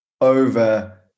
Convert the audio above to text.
over